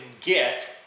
get